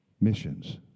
missions